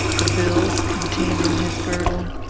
the bills contained in his girdle?